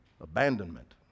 Abandonment